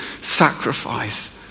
sacrifice